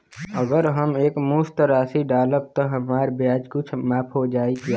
अगर हम एक मुस्त राशी डालब त हमार ब्याज कुछ माफ हो जायी का?